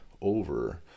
over